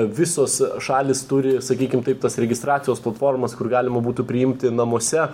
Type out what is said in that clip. visos šalys turi sakykim taip tas registracijos platformas kur galima būtų priimti namuose